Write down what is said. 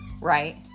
Right